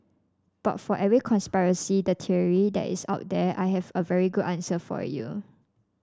but for every conspiracy theory that is out there I have a very good answer for you